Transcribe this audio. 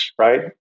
right